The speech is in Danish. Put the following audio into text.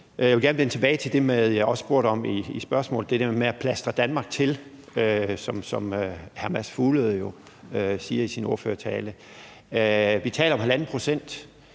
Jeg vil gerne vende tilbage til det, jeg spurgte om i det første spørgsmål, altså det der med at plastre Danmark til, som hr. Mads Fuglede jo siger det i sin ordførertale. Vi taler om 1½ pct.,